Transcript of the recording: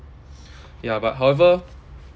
ya but however